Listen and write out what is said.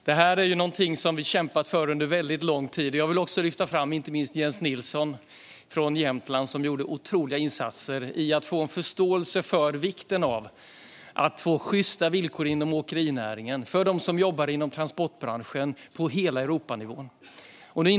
Vi har kämpat för detta under lång tid, och jag vill inte minst lyfta fram Jens Nilsson från Jämtland, som gjorde en otrolig insats för att skapa förståelse för vikten av att få sjysta villkor inom åkerinäringen för dem som jobbar inom transportbranschen i hela Europa.